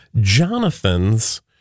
Jonathan's